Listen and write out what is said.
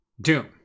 Doom